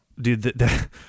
Dude